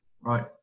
Right